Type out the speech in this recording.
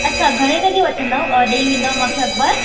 त घणे लॻे वठंदव ॾेई वेंदव मूंखे अख़बार